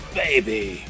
baby